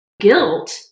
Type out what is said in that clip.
guilt